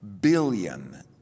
billion